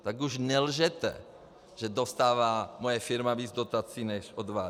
Tak už nelžete, že dostává moje firma víc dotací, než odvádí.